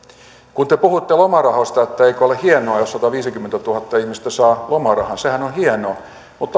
kun te puhuitte lomarahoista että eikö ole hienoa jos sataviisikymmentätuhatta ihmistä saa lomarahan niin sehän on hienoa mutta